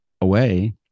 away